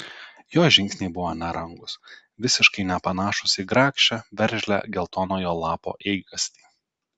jos žingsniai buvo nerangūs visiškai nepanašūs į grakščią veržlią geltonojo lapo eigastį